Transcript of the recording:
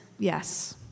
Yes